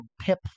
pip